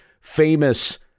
famous